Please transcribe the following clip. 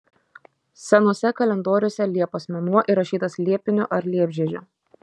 senuose kalendoriuose liepos mėnuo įrašytas liepiniu ar liepžiedžiu